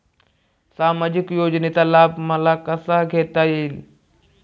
सामाजिक योजनेचा लाभ मला कसा घेता येईल?